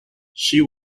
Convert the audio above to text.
she